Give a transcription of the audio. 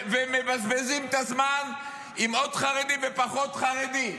ומבזבזים את הזמן עם עוד חרדי ופחות חרדי,